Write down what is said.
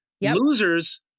Losers